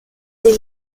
des